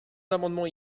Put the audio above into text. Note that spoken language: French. amendements